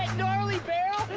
gnarly barrel?